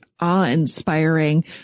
awe-inspiring